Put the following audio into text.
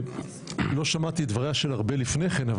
לא שמעתי את דבריה של ארבל לפני כן,